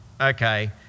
okay